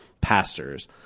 pastors